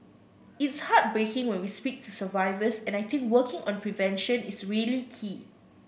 it's heartbreaking when we speak to survivors and I think working on prevention is really key